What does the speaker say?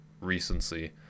recency